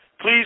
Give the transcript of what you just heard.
Please